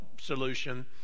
solution